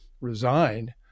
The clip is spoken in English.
resigned